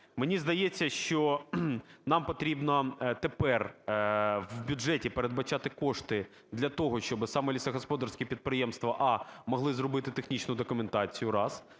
Мені здається, що нам потрібно тепер в бюджеті передбачати кошти для того, щоб саме лісогосподарське підприємство: а) могли зробити технічну документацію